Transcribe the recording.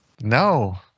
No